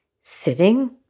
sitting